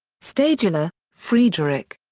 stadler, friedrich.